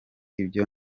ibyo